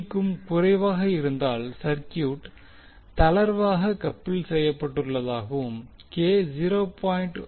5 க்கும் குறைவாக இருந்தால் சர்கியூட் தளர்வாக கப்புள் செய்யப்பட்டுள்ளதாகவும் k 0